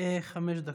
חמש דקות.